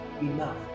Enough